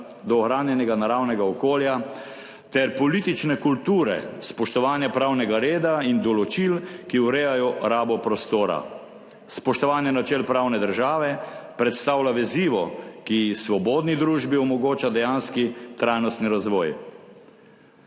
ohranjenega naravnega okolja ter politične kulture spoštovanja pravnega reda in določil, ki urejajo rabo prostora. Spoštovanje načel pravne države predstavlja vezivo, ki svobodni družbi omogoča dejanski trajnostni razvoj.